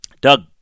Doug